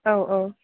औ औ